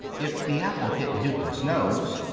if the apple hit newton's nose,